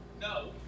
no